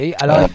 alors